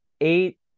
eight